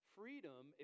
Freedom